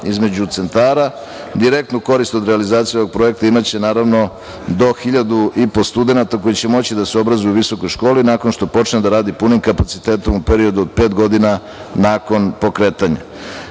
između centara. Direktnu korist od realizacije ovog projekta imaće, naravno, do 1.500 studenata koji će moći da se obrazuju u visokoj školi nakon što počne da radi punim kapacitetom u periodu pet godina nakon pokretanja. Mladi